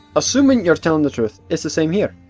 assuming you're telling the truth, it's the same here.